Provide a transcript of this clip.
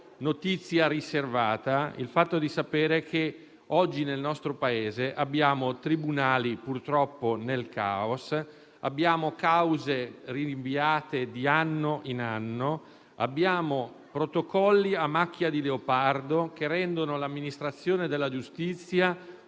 notizia riservata il fatto che oggi nel nostro Paese ci sono tribunali purtroppo nel caos, cause rinviate di anno in anno, protocolli a macchia di leopardo che rendono l'amministrazione della giustizia